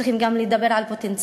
צריכים גם לדבר על פוטנציאל,